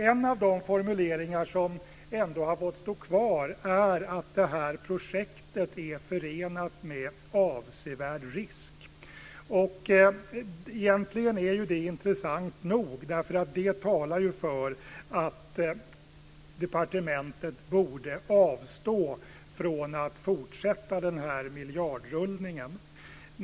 En av de formuleringar som ändå har fått stå kvar är att det här projektet är förenat med avsevärd risk. Egentligen är det intressant nog, därför att det talar för att departementet borde avstå från att fortsätta den här miljardrullningen.